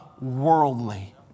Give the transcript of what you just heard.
worldly